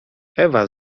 ewa